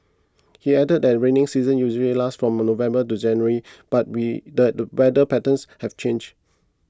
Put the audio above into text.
he added that rainy season usually lasts from November to January but we that the better patterns have changed